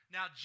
Now